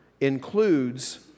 includes